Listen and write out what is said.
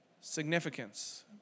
significance